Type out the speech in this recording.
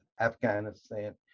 Afghanistan